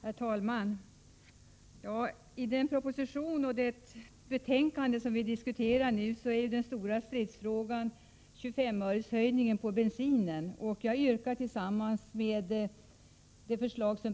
Herr talman! I den proposition och det betänkande som vi nu diskuterar är den stora stridsfrågan en bensinskattehöjning på 25 öre. Jag yrkar avslag på förslaget.